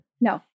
No